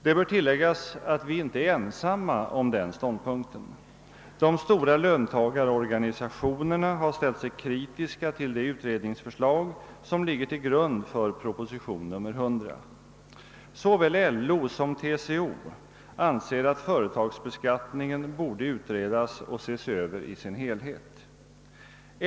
Det bör tilläggas att vi inte är ensamma om denna ståndpunkt. även de stora löntagarorganisationerna har ställt sig kritiska till det utredningsförslag som ligger till grund för proposition nr 100. Såväl LO som TCO anser att företagsbeskattningen borde utredas och ses över i sin helhet.